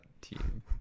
team